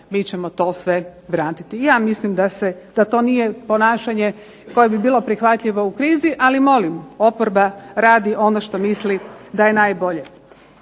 mi ćemo to sve vratiti. Ja mislim da to nije ponašanje koje bi bilo prihvatljivo u krizi, ali molim, oporba radi ono što misli da je najbolje.